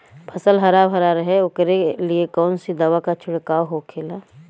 फसल हरा भरा रहे वोकरे लिए कौन सी दवा का छिड़काव होखेला?